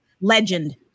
Legend